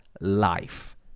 life